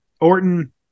Orton